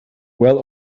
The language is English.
well